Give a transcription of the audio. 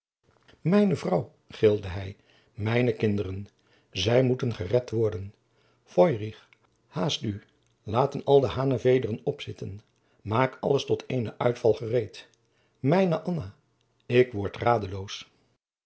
mijne vrouw gilde hij mijne kinderen zij moeten gered worden feurich haast u laten al de hanevederen opzitten maak alles tot eenen uitval gereed mijne anna ik word radeloos